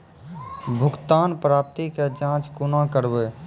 भुगतान प्राप्ति के जाँच कूना करवै?